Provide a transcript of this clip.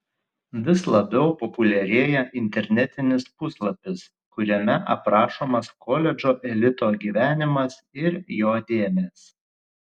vis labiau populiarėja internetinis puslapis kuriame aprašomas koledžo elito gyvenimas ir jo dėmės